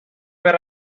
per